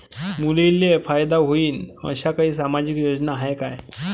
मुलींले फायदा होईन अशा काही सामाजिक योजना हाय का?